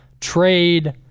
trade